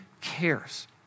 cares